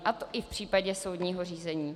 A to i v případě soudního řízení.